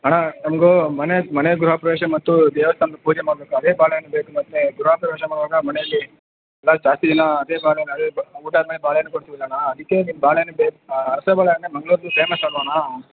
ಅಣ್ಣ ನಮ್ಗೆ ಮನೆ ಮನೆ ಗೃಹಪ್ರವೇಶ ಮತ್ತು ದೇವಸ್ಥಾನದ ಪೂಜೆ ಮಾಡಬೇಕು ಅದೇ ಬಾಳೆ ಹಣ್ಣು ಬೇಕು ಮತ್ತೆ ಗೃಹಪ್ರವೇಶ ಮಾಡುವಾಗ ಮನೆಲ್ಲಿ ಎಲ್ಲ ಜಾಸ್ತಿ ಜನ ಅದೇ ಬಾಳೆಹಣ್ಣು ಅದೇ ಬ ಊಟ ಆದಮೇಲೆ ಬಾಳೆಹಣ್ಣು ಕೊಡ್ತೇವಲ್ಲ ಅಣ್ಣ ಅದಕ್ಕೆ ನಿಮ್ಮ ಬಾಳೆಹಣ್ಣೇ ಬೇ ರಸಬಾಳೆಹಣ್ಣೇ ಮಂಗಳೂರುದು ಫೇಮಸ್ ಅಲ್ವ ಅಣ್ಣ